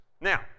Now